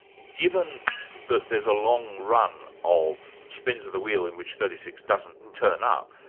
given that there's a long run of spins of the wheel in which thirty six doesn't turn up,